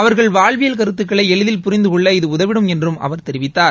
அவர்கள் வாழ்வியல் கருத்துக்களை எளிதில் புரிந்து கொள்ள இது உதவிடும் என்றும் அவர் தெரிவித்தார்